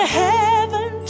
heaven